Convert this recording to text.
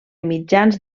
mitjans